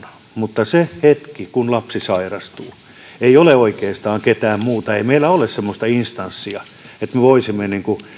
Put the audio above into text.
mutta sillä hetkellä kun lapsi sairastuu ei ole oikeastaan ketään muuta ei meillä ole semmoista instanssia että me voisimme